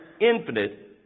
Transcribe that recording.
infinite